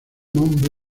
mon